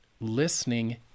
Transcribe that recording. listening